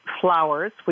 flowers